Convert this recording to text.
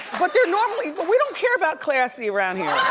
but they're normally, we don't care about classy around here.